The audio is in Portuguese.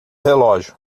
relógio